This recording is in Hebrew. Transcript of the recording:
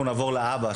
אנחנו נעבור לאבא,